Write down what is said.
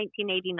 1989